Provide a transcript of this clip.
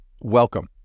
welcome